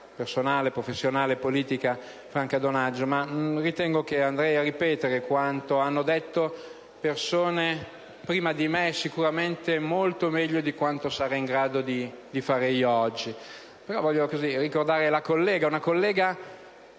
personale, professionale e politica Franca Donaggio, ma ritengo che andrei a ripetere quanto hanno già detto persone prima di me sicuramente molto meglio di quanto sarei in grado di fare io oggi. Voglio, però, ricordare la collega; una collega